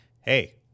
hey